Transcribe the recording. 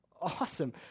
Awesome